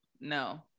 no